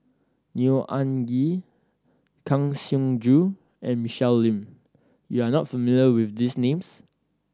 Neo Anngee Kang Siong Joo and Michelle Lim you are not familiar with these names